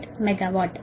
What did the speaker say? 58 mega watt